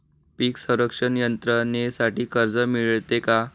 पीक संरक्षण यंत्रणेसाठी कर्ज मिळते का?